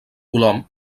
colom